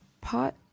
pot